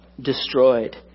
destroyed